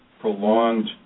prolonged